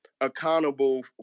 accountable